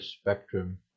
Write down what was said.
spectrum